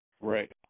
Right